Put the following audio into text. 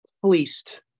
fleeced